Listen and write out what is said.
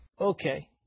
Okay